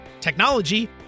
technology